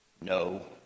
No